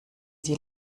sie